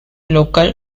local